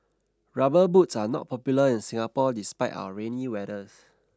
rubber boots are not popular in Singapore despite our rainy weathers